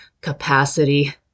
capacity